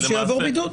שיעבור בידוד.